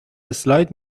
اسلاید